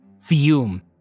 fume